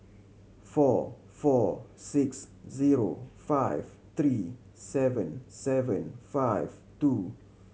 four four six zero five three seven seven five two